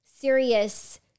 serious